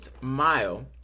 mile